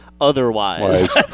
Otherwise